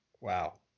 Wow